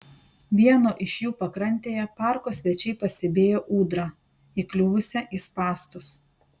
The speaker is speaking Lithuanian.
vieno iš jų pakrantėje parko svečiai pastebėjo ūdrą įkliuvusią į spąstus